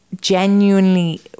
genuinely